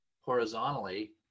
horizontally